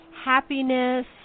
happiness